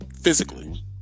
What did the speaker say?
Physically